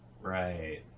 Right